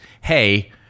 hey